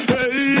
Hey